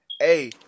hey